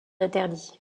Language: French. interdit